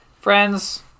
Friends